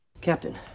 captain